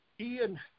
Ian